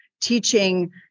teaching